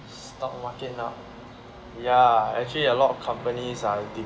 stock market now ya actually a lot of companies are deep